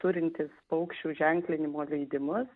turintys paukščių ženklinimo leidimus